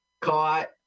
Caught